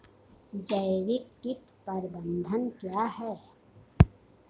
जैविक कीट प्रबंधन क्या है?